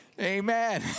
amen